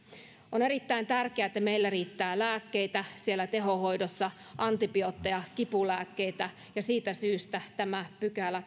on erittäin tärkeää että meillä riittää lääkkeitä tehohoidossa antibiootteja ja kipulääkkeitä ja siitä syystä tämä kahdeksaskymmenesseitsemäs pykälä